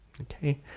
Okay